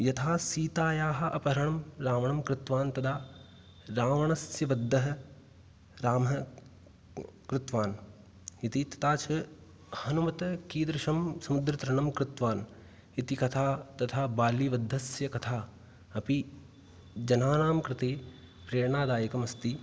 यथा सीतायाः अपहरणं रावणं कृतवान् तदा रावणस्य वधः रामः कृतवान् इति तथा च हनुमता कीदृशं समुद्रतरणं कृतवान् इति कथा तथा बालिवधस्य कथा अपि जनानां कृते प्रेरणादायकमस्ति